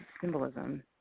symbolism